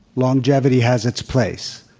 longevity has its place,